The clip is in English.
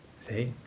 See